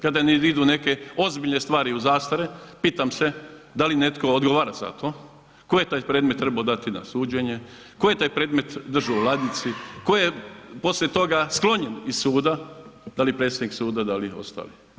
Kada idu neke ozbiljne stvari u zastare, pitam se da li netko odgovara za to, tko je taj predmet trebao dati na suđenje, tko je taj predmet držao u ladici, tko je poslije toga sklonjen iz suda, da li predsjednik suda, da li ostali.